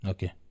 Okay